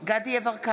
דסטה גדי יברקן,